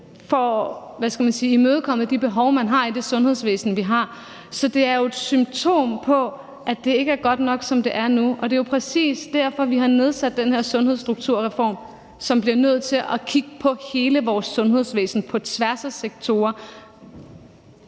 sige – imødekommet de behov, man har, i det sundhedsvæsen, vi har. Så det er jo et symptom på, at det ikke er godt nok, som det er nu, og det er jo præcis derfor, vi har nedsat den her Sundhedsstrukturkommission, som bliver nødt til at kigge på hele vores sundhedsvæsen på tværs af sektorer.